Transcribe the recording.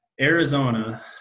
Arizona